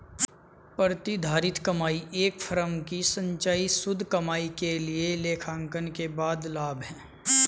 प्रतिधारित कमाई एक फर्म की संचयी शुद्ध कमाई के लिए लेखांकन के बाद लाभ है